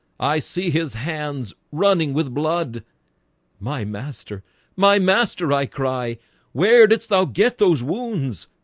i see his hands running with blood my master my master i cry where didst thou get those wounds?